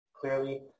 clearly